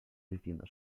diciendo